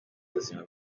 ubuzima